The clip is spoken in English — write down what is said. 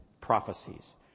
prophecies